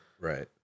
Right